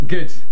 Good